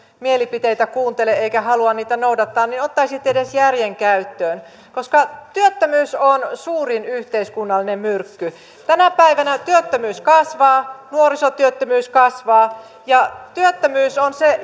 mielipiteitä kuuntele eikä halua niitä noudattaa niin ottaisitte edes järjen käyttöön koska työttömyys on suurin yhteiskunnallinen myrkky tänä päivänä työttömyys kasvaa nuorisotyöttömyys kasvaa ja työttömyys on se